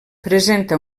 presenta